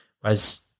Whereas